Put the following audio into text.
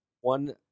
One